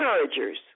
encouragers